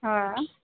हा